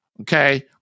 Okay